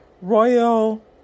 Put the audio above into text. Royal